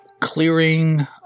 clearing